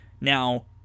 now